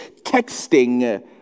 texting